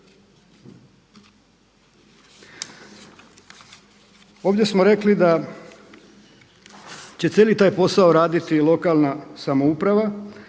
Ovdje smo rekli da će cijeli taj posao raditi lokalna samouprava.